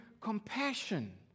compassion